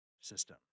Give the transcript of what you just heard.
system